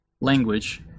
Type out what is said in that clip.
language